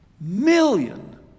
million